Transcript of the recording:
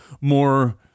more